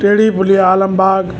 Tedhi Puliya Alambagh